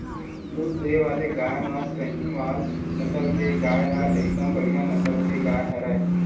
दूद देय वाले गाय म सहीवाल नसल के गाय ह एकदम बड़िहा नसल के गाय हरय